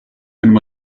einem